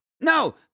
no